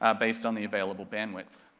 ah based on the available bandwidth.